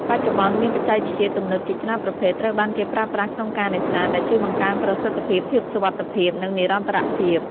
បច្ចុប្បន្ន មានបច្ចេកវិទ្យាទំនើបជាច្រើនប្រភេទត្រូវបានគេប្រើប្រាស់ក្នុងការនេសាទ ដែលជួយបង្កើនប្រសិទ្ធភាព ភាពសុវត្ថិភាព និងនិរន្តរភាព។